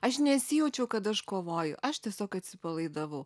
aš nesijaučiau kad aš kovoju aš tiesiog atsipalaidavau